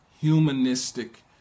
humanistic